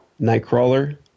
Nightcrawler